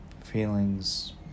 feelings